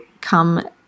come